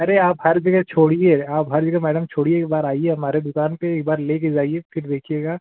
अरे आप हर जगह छोड़िए आप हर जगह मैडम छोड़िए एक बार आइए हमारे दुकान पर एक बार लेके जाइए फिर देखिएगा